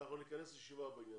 נכנס ישיבה בעניין זה.